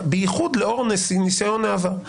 בייחוד לאור ניסיון העבר.